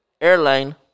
airline